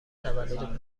تولد